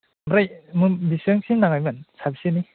ओमफ्राय मेम बिसिबांसिम नांनायमोन साबसेनि